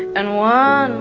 and one